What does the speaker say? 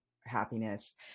happiness